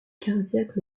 cardiaque